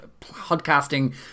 Podcasting